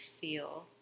feel